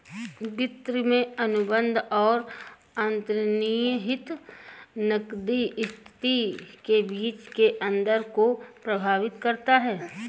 वित्त में अनुबंध और अंतर्निहित नकदी स्थिति के बीच के अंतर को प्रभावित करता है